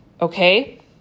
okay